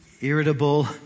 irritable